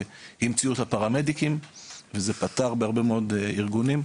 שהמציאו את הפרמדיקים וזה פתר את הבעיה הזו בהרבה מאוד ארגונים.